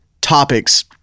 topics